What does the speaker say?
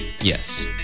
Yes